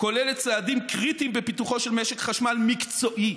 "כוללת צעדים קריטיים בפיתוחו של משק חשמל מקצועי,